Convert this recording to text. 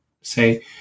say